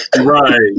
Right